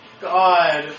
God